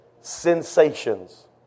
sensations